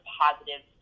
positive